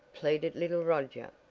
pleaded little roger,